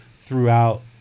throughout